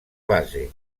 base